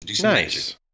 Nice